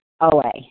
OA